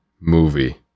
Movie